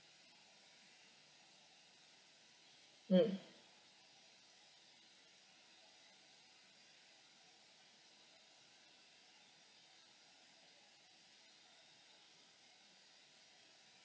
mm